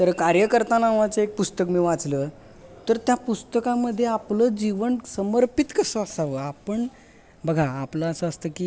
तर कार्यकर्ता नावाचं एक पुस्तक मी वाचलं तर त्या पुस्तकामध्ये आपलं जीवन समर्पित कसं असावं आपण बघा आपलं असं असतं की